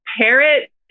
Parrot